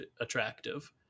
attractive